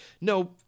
no